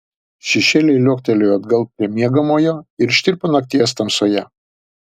šešėliai liuoktelėjo atgal prie miegamojo ir ištirpo nakties tamsoje